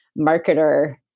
marketer